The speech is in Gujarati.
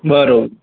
બરોબ